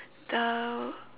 the